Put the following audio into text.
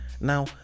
Now